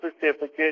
certificate